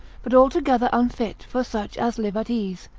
but altogether unfit for such as live at ease,